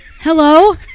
hello